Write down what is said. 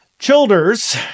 Childers